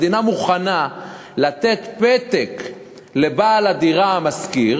המדינה מוכנה לתת פתק לבעל הדירה המשכיר